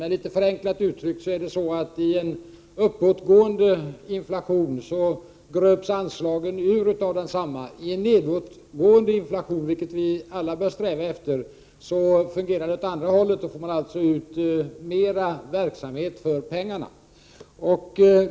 Något förenklat uttryckt är det så att i en uppåtgående inflation gröps anslagen ur av densamma, i en nedåtgående inflation — vilket vi alla bör sträva efter — blir effekten den motsatta och man får så att säga ut mer verksamhet för pengarna.